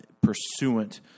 pursuant